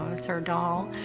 was her doll.